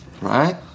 Right